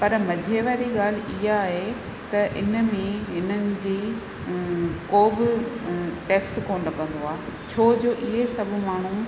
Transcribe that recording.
पर मज़े वारी ॻाल्हि इहा आहे त इन में हिननि जी को बि टैक्स कोन लॻंदो आहे छोजो इहे सभु माण्हू